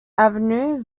avenue